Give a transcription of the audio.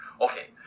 Okay